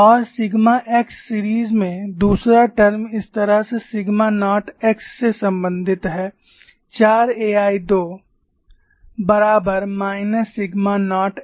और sigma x series में दूसरा टर्म इस तरह से सिग्मा नाट x से संबंधित है 4 AI2 बराबर माइनस सिग्मा नॉट x है